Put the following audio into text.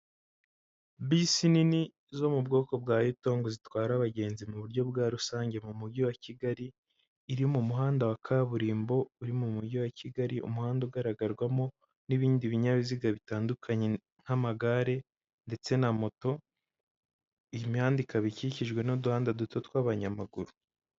Bisi nini zo mu bwoko bwa Youtong zitwara abagenzi, mu buryo bwa rusange mu mujyi wa Kigali, iri mu muhanda wa kaburimbo, uri mu mujyi wa Kigali, umuhanda ugaragarwamo n'ibindi binyabiziga bitandukanye, nk'amagare, ndetse na moto, iyi mihanda ikaba ikikijwe n'uduhanda duto tw'abanyamaguru.